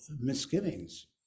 misgivings